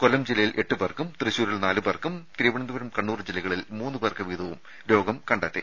കൊല്ലം ജില്ലയിൽ എട്ടു പേർക്കും തൃശൂരിൽ നാലു പേർക്കും തിരുവനന്തപുരം കണ്ണൂർ ജില്ലകളിൽ മൂന്നു പേർക്ക് വീതവും രോഗം ബാധിച്ചു